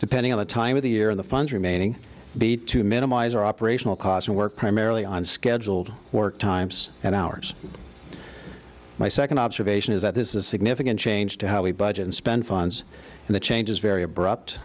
depending on the time of the year the funds remaining be to minimize or operational costs and work primarily on scheduled work times and hours my second observation is that this is a significant change to how we budget and spend funds and the change is very abrupt